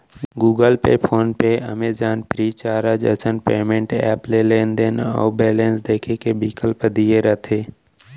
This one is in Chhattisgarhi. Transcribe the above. Google Pay, PhonePe, Amazon, Freecharge असन पेंमेंट ऐप ले लेनदेन अउ बेलेंस देखे के बिकल्प दिये रथे